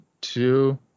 Two